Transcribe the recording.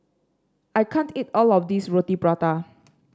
I can't eat all of this Roti Prata